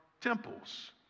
temples